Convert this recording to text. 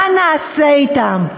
מה נעשה אתם?